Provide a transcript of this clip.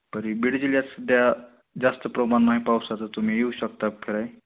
तरी बीड जिल्ह्यात सध्या जास्त प्रमाण नाही पावसाचं तुम्ही येऊ शकता फिरायला